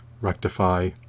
rectify